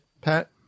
Pat